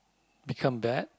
become bad